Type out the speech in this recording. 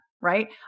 right